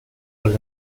los